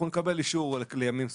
אנחנו נקבל אישור לימים ספורים,